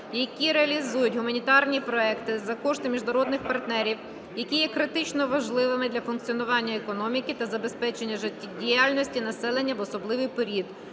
які реалізують гуманітарні проєкти за кошти міжнародних партнерів, які є критично важливими для функціонування економіки та забезпечення життєдіяльності населення в особливий період,